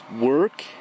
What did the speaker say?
work